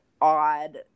odd